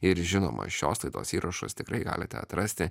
ir žinoma šios laidos įrašus tikrai galite atrasti